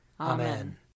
Amen